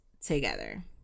together